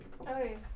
Okay